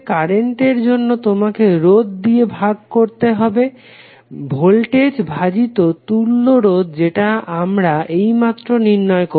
কারেন্টের জন্য তোমাকে রোধ দিয়ে ভাগ করতে হবে ভোল্টেজ ভাজিত তুল্য রোধ যেটা আমরা এইমাত্র নির্ণয় করলাম